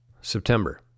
September